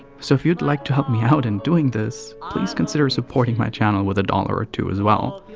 so if you'd like to help me out in doing this, please consider supporting my channel with a dollar or two as well.